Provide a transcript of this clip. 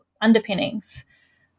underpinnings